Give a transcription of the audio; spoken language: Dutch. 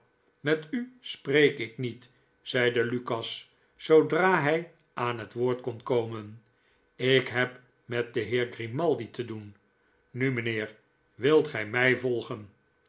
met u spreek ik niet zeide lukas zoodra hij aan het woord kon komen ik heb met den heer grimaldi te doen nu mijnheer wilt gij mij volgen